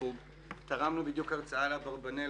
אנחנו תרמנו בדיוק הרצאה לאברבנאל,